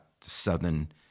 Southern